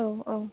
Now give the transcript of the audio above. औ औ